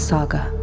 Saga